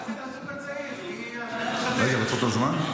נברך את הזוג הצעיר, רגע, לעצור את הזמן?